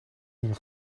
een